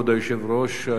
כבוד היושב-ראש,